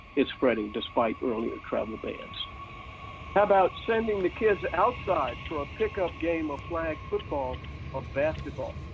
it's spreading despite earlier travel bans how about sending the kids outside for a pickup game of flag football or basketball?